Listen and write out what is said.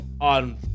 on